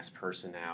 personnel